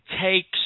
takes